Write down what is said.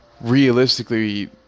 realistically